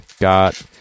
Got